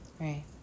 Right